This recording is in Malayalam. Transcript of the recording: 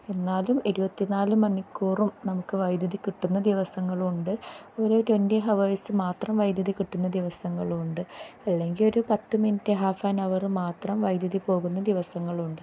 എന്നാലും ഇരുപത്തിനാൽ മണിക്കൂറും നമുക്ക് വൈദ്യുതി കിട്ടുന്ന ദിവസങ്ങളും ഉണ്ട് ഒരു ട്വൻന്റി ഹവേഴ്സ് മാത്രം വൈദ്യുതി കിട്ടുന്ന ദിവസങ്ങളുമുണ്ട് അല്ലെങ്കിൽ ഒരു പത്ത് മിനിറ്റ് ഹാഫ് ആൻ ഹവറും മാത്രം വൈദ്യുതി പോകുന്ന ദിവസങ്ങളും ണ്ട്